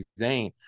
Zayn